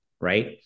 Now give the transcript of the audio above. right